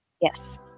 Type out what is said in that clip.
Yes